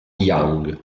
young